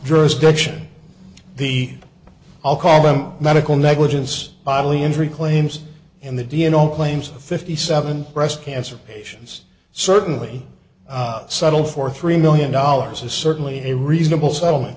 jurisdiction the i'll call them medical negligence oddly injury claims and the d n o claims fifty seven breast cancer patients certainly settle for three million dollars is certainly a reasonable settlement